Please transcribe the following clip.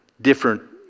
different